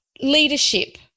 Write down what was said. Leadership